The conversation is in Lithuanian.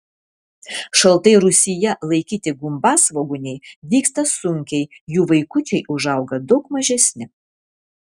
šaltai rūsyje laikyti gumbasvogūniai dygsta sunkiai jų vaikučiai užauga daug mažesni